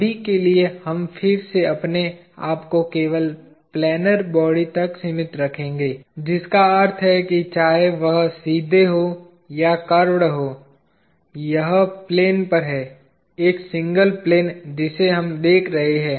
अभी के लिए हम फिर से अपने आप को केवल प्लैनर बॉडी तक सीमित रखेंगे जिसका अर्थ है कि चाहे वह सीधे हो या कर्वड हो यह प्लेन पर है एक सिंगल प्लेन जिसे हम देख रहे हैं